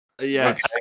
Yes